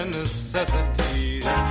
necessities